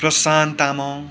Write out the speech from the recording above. Prashant Tamang